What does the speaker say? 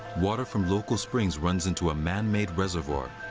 water from local springs runs into a man-made reservoir.